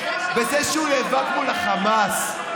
בזה שהוא נאבק מול החמאס?